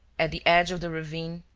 at the edge of the ravine,